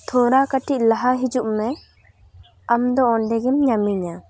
ᱛᱷᱚᱲᱟ ᱠᱟᱹᱴᱤᱪ ᱞᱟᱦᱟ ᱦᱤᱡᱩᱜ ᱢᱮ ᱟᱢᱫᱚ ᱚᱸᱰᱮ ᱜᱮᱢ ᱧᱟᱢᱤᱧᱟ